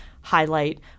highlight